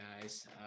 guys